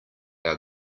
our